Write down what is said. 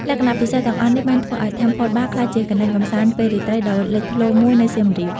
លក្ខណៈពិសេសទាំងអស់នេះបានធ្វើឲ្យ Temple Bar ក្លាយជាកន្លែងកម្សាន្តពេលរាត្រីដ៏លេចធ្លោមួយនៅសៀមរាប។